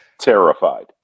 Terrified